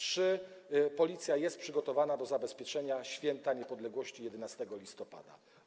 Czy Policja jest przygotowana do zabezpieczenia święta niepodległości 11 listopada?